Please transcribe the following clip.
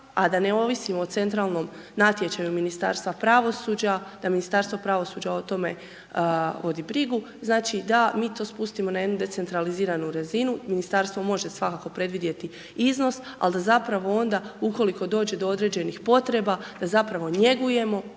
a da ne ovisimo o centralnom natječaju Ministarstva pravosuđa, da Ministarstvo pravosuđa o tome vodi brigu, znači, da mi to spustimo na jednu decentraliziranu razinu. Ministarstvo može svakako predvidjeti iznos, al da zapravo onda, ukoliko dođe do određenih potreba, da zapravo njegujemo,